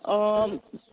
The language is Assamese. অঁ